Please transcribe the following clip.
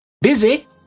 Busy